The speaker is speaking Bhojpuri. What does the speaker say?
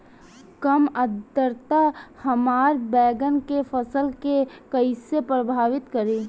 कम आद्रता हमार बैगन के फसल के कइसे प्रभावित करी?